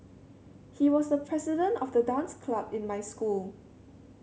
he was the president of the dance club in my school